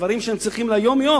את הדברים שהם צריכים ליום-יום,